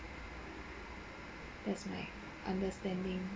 that's my understanding